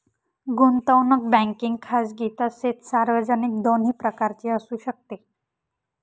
गुंतवणूक बँकिंग खाजगी तसेच सार्वजनिक दोन्ही प्रकारची असू शकते